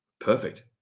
perfect